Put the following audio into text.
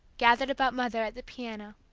gathered about mother at the piano.